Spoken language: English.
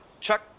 Chuck